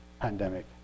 pandemic